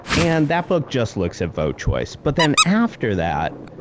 and that book just looks at vote choice. but then, after that,